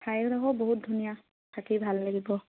ঠাইডোখৰ বহুত ধুনীয়া থাকি ভাল লাগিব